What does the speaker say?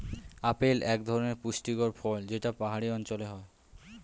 apple এক ধরনের পুষ্টিকর ফল যেটা পাহাড়ি অঞ্চলে হয়